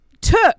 took